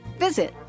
visit